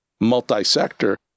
multi-sector